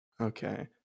Okay